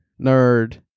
nerd